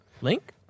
Link